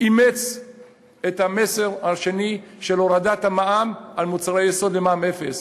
אימץ את המסר השני של הורדת המע"מ על מוצרי היסוד למע"מ אפס.